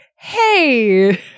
hey